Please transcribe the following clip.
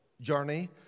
journey